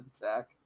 attack